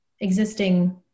existing